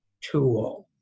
tool